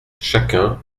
chacun